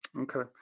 Okay